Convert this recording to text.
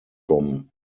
from